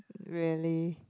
really